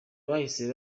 bahise